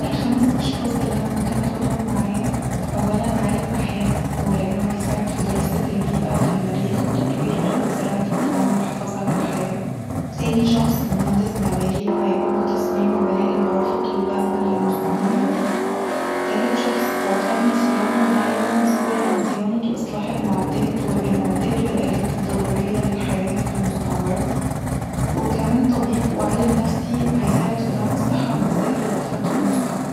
الخمس اشخاص اللي انا ممكن اخدهم معايا، اولا عالم احياء لانه هيساعد في دراسة البيئه في المريخ وتطوير طرق زراعة الطعام والحفاظ علي الحياة، تاني شخص مهندس معماري وهيقوم بتصميم وبناء المرافق اللازمه للمستعمره دي، تالت شخص هو فني صيانه وده هيكون مسؤل عن صيانة واصلاح المعدات المعدات والآلات الضرورية للحياة في المستعمره وكمان طبيب وعالم نفسي هيساعد في دعم الصحة النفسيه للافراد في المستعمره